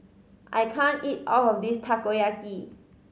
I can't eat all of this Takoyaki